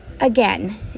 again